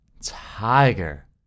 Tiger